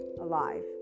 alive